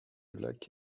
lac